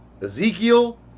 Ezekiel